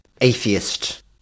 atheist